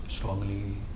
Strongly